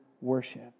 worship